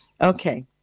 Okay